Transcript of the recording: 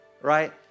right